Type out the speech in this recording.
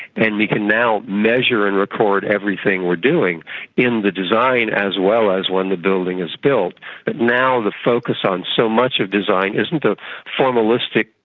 and we can now measure and record everything we're doing in the design as well as when the building is built. but now the focus on so much of design isn't a formalistic,